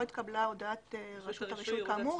"לא התקבלה הודעת רשות הרישוי כאמור,